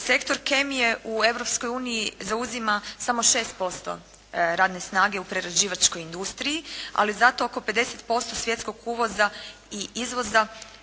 Sektor kemije u Europskoj uniji zauzima samo 6% radne snage u prerađivačkoj industriji, ali zato oko 50% svjetskog uvoza i izvoza